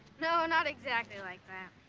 no, not exactly like that.